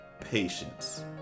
patience